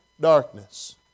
darkness